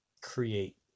create